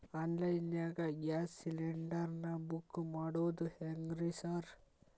Online ನಾಗ gas cylinder ನಾ book ಮಾಡೋದ್ ಹೆಂಗ್ರಿ ಸಾರ್?